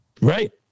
Right